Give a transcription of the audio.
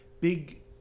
big